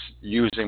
using